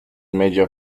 major